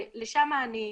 ולשם אני מכוונת.